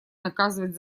наказывать